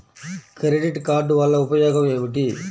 Credit card వల్ల ఉపయోగం ఏమిటీ?